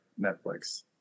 netflix